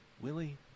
Willie